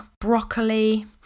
broccoli